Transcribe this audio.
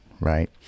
Right